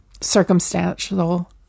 circumstantial